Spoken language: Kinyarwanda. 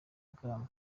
ibwami